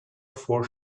four